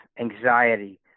anxiety